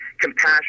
compassion